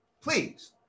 please